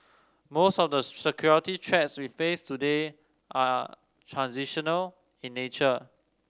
most of the security threats we face today are transnational in nature